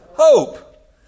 Hope